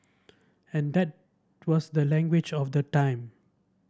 and that was the language of the time